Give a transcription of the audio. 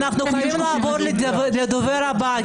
אנחנו חייבים לעבור לדובר הבא.